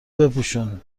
بپوشون